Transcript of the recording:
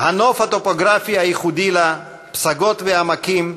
הנוף הטופוגרפי הייחודי לה, פסגות ועמקים,